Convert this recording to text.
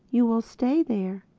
you will stay there.